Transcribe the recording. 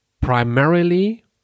primarily